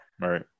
Right